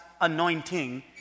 anointing